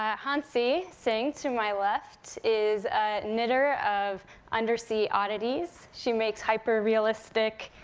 ah hansi singh, to my left, is a knitter of undersea oddities. she makes hyperrealistic,